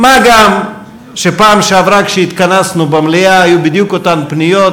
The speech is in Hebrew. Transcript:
מה גם שבפעם שעברה כשהתכנסנו במליאה היו בדיוק אותן פניות.